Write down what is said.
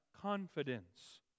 confidence